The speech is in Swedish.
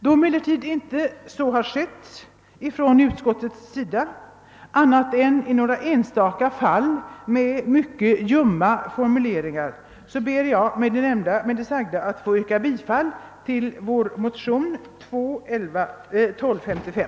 Då emellertid inte så har skett ifrån utskottets sida annat än i några enstaka fall med mycket ljumma formuleringar, ber jag med det sagda att få yrka bifall till vår motion II: 1255;